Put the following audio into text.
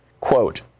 Quote